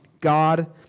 God